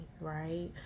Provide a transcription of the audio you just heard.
right